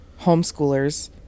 Homeschoolers